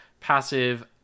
Passive